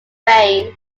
veins